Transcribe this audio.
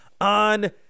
on